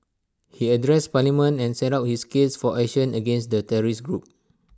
he addressed parliament and set out his case for action against the terrorist group